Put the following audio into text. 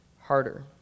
harder